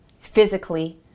physically